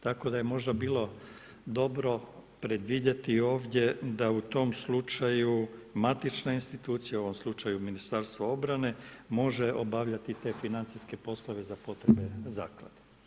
Tako da je možda bilo dobro predvidjeti ovdje da u tom slučaju matična institucija, u ovom slučaju MORH može obavljati te financijske poslove za potrebe Zaklade.